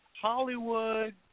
Hollywood